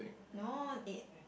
no eight